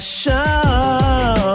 show